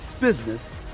business